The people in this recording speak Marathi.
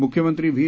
मुख्यमंत्री व्ही